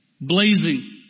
blazing